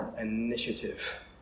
initiative